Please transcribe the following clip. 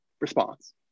response